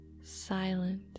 silent